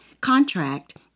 contract